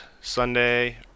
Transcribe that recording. Sunday